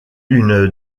une